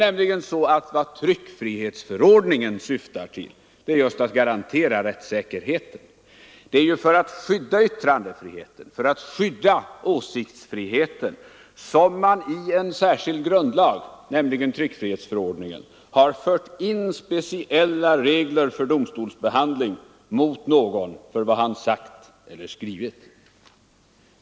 Vad tryckfrihetsförordningen syftar till är just att garantera rättssäkerheten. Det är ju för att skydda yttrandefriheten och åsiktsfriheten som man i en särskild grundlag, nämligen tryckfrihetsförordningen, har fört in speciella regler för domstolsprövning av vad någon har sagt eller skrivit.